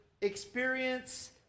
experience